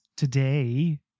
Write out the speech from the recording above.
Today